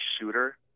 shooter